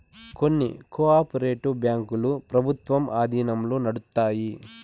కొన్ని cooperative బ్యాంకులు ప్రభుత్వం ఆధీనంలో నడుత్తాయి